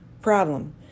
Problem